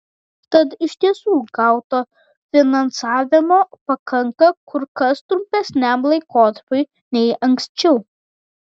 tad iš tiesų gauto finansavimo pakanka kur kas trumpesniam laikotarpiui nei anksčiau